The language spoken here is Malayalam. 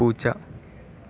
പൂച്ച